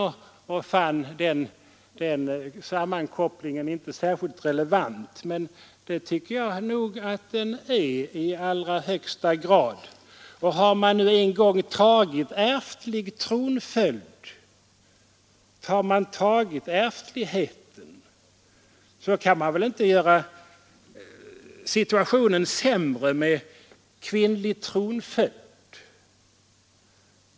Han fann den sammankopplingen föga relevant. Det tycker jag att den är i allra högsta grad. Har man en gång tagit ärftlig tronföljd och därmed accepterat ärftligheten, gör man väl inte situationen sämre om man inför kvinnlig tronföljd.